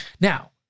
Now